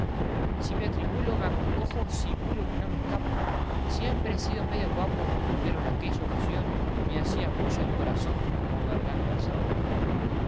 si me atribulo o me encojo siguro que no me escapo siempre he sido medio guapo pero en aquella ocasión me hacía buya el corazón como la garganta